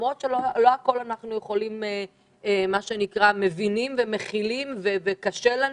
למרות שלא הכול אנחנו מבינים ומכילים ולמרות שקשה לנו,